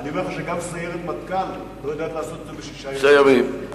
אני אומר לך שגם סיירת מטכ"ל לא יודעת לעשות את זה בשישה ימים.